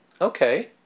Okay